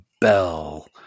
bell